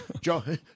Joe